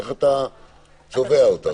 איך אתה קובע אותן.